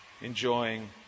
enjoying